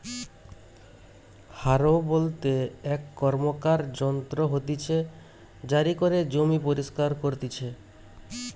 হারও বলতে এক র্কমকার যন্ত্র হতিছে জারি করে জমি পরিস্কার করতিছে